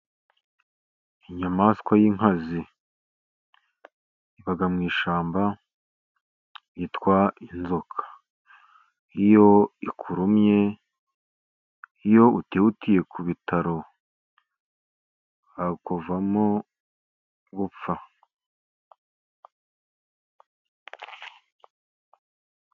Inyamaswa y'inkazi iba mu ishyamba yitwa inzoka iyo ikurumye iyo utihutiye ku bitaro havamo gupfa.